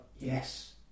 Yes